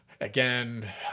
again